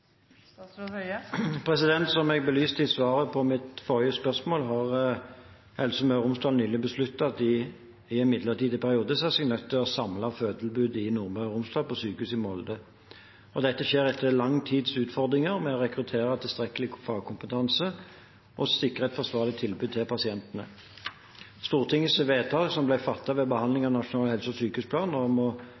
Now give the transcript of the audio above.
Som jeg belyste i svaret på forrige spørsmål, har Helse Møre og Romsdal nylig besluttet at de i en midlertidig periode ser seg nødt til å samle fødetilbudet i Nordmøre og Romsdal på sykehuset i Molde. Dette skjer etter lang tids utfordringer med å rekruttere tilstrekkelig fagkompetanse og sikre et forsvarlige tilbud til pasientene. Stortingets vedtak, som ble fattet ved behandling av Nasjonal helse- og sykehusplan, om å